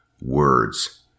words